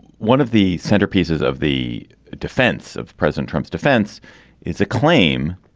one of the centerpieces of the defense of president trump's defense is the claim